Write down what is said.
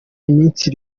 iminsi